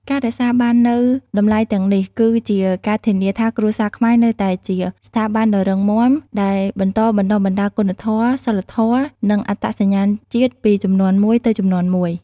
ការរក្សាបាននូវតម្លៃទាំងនេះ គឺជាការធានាថាគ្រួសារខ្មែរនៅតែជា ស្ថាប័នដ៏រឹងមាំ ដែលបន្តបណ្ដុះបណ្ដាលគុណធម៌ សីលធម៌ និងអត្តសញ្ញាណជាតិពីជំនាន់មួយទៅជំនាន់មួយ។